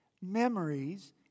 memories